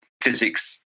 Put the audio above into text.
physics